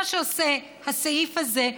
מה שעושה הסעיף הזה,